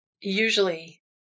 usually